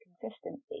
consistency